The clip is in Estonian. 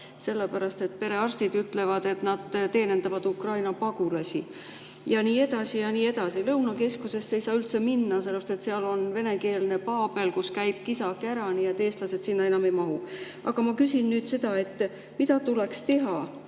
sellepärast et perearstid ütlevad, et nad teenindavad Ukraina pagulasi. Ja nii edasi, ja nii edasi. Lõunakeskusesse ei saa üldse minna, sellepärast et seal on venekeelne paabel, kus käib kisa-kära, nii et eestlased sinna enam ei mahu. Aga ma küsin nüüd seda. Mida tuleks teha,